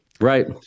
Right